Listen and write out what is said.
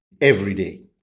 everyday